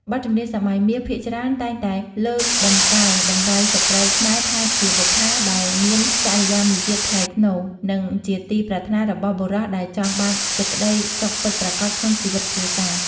បទចម្រៀងសម័យមាសភាគច្រើនតែងតែលើកតម្កើងតម្លៃស្រ្តីខ្មែរថាជា "បុប្ផា" ដែលមានចរិយាមារយាទថ្លៃថ្នូរ និងជាទីប្រាថ្នារបស់បុរសដែលចង់បានសេចក្តីសុខពិតប្រាកដក្នុងជីវិតគ្រួសារ។